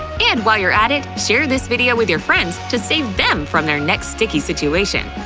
and while you're at it, share this video with your friend's to save them from their next sticky situation.